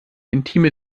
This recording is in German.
intime